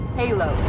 halo